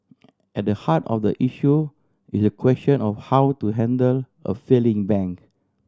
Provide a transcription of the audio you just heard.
at the heart of the issue is the question of how to handle a failing bank